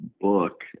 book